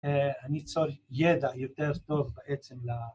‫הניצול ידע יותר טוב בעצם ל...